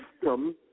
system